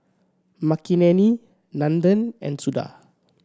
Makineni Nandan and Suda